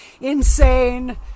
insane